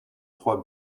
trois